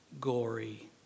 gory